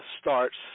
starts